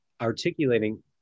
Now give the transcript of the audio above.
articulating